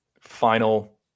final